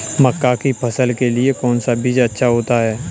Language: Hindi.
मक्का की फसल के लिए कौन सा बीज अच्छा होता है?